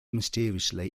mysteriously